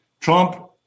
Trump